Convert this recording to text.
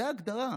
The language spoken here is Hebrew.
זו ההגדרה,